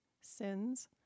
sins